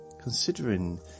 considering